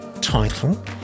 title